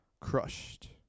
crushed